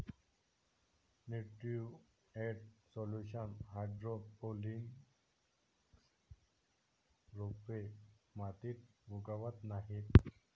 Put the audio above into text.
nutrient solution hydroponics रोपे मातीत उगवत नाहीत